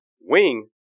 wing